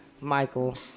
Michael